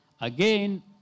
Again